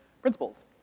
principles